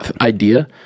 idea